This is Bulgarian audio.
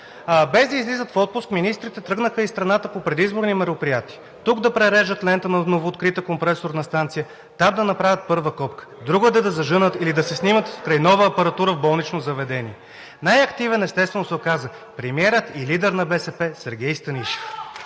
„без да излизат в отпуск, министрите тръгнаха из страната по предизборни мероприятия – тук да прережат лента на новооткрита компресорна станция, там да направят първа копка. Друго е да зажънат или да се снимат край нова апаратура в болнично заведение. Най-активен, естествено, се оказа премиерът и лидер на БСП Сергей Станишев“